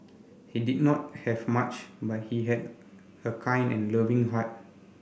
he did not have much but he had a kind and loving heart